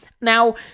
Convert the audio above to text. Now